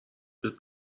بهت